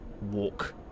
walk